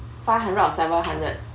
five hundred or seven hundred